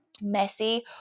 messy